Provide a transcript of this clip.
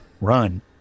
run